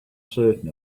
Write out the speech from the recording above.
certain